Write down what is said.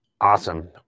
Awesome